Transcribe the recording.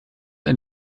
ein